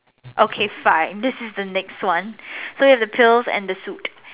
okay fine this is the next one so you have the pills and the suit